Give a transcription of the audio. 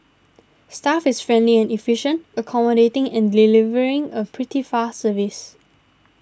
staff is friendly and efficient accommodating and delivering a pretty fast service